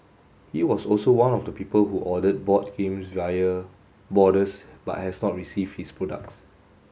he was also one of the people who ordered board games via boarders but has not received his products